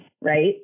Right